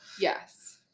Yes